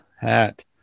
Hat